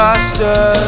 Faster